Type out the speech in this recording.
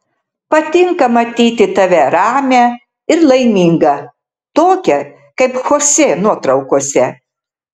patinka matyti tave ramią ir laimingą tokią kaip chosė nuotraukose